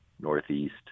Northeast